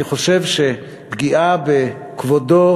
אני חושב שהוקעה של פגיעה בכבודו,